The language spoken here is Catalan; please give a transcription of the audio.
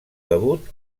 debut